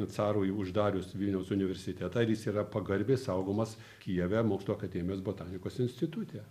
carui uždarius vilniaus universitetą ir jis yra pagarbiai saugomas kijeve mokslų akademijos botanikos institute